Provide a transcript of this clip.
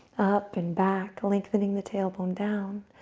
up, and back, lengthening the tailbone down,